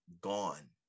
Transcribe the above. gone